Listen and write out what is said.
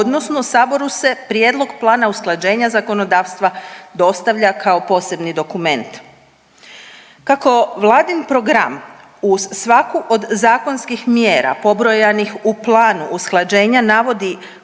odnosno u saboru se prijedlog plana usklađenja zakonodavstva dostavlja kao posebni dokument. Kako Vladin program uz svaku od zakonskih mjera pobrojanih u planu usklađenja navodi konkretne